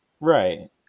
Right